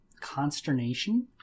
consternation